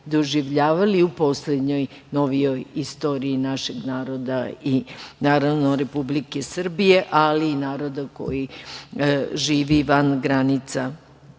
doživljavali u poslednjoj novijoj istoriji našeg naroda i naravno, Republike Srbije, ali i naroda koji živi van